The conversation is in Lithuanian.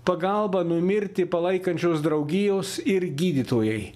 pagalbą numirti palaikančios draugijos ir gydytojai